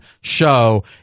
show